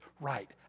right